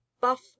Buff